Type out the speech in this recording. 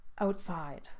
outside